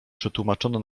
przetłumaczone